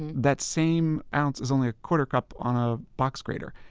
and that same ounce is only a quarter cup on a box grater.